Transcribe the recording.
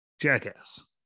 jackass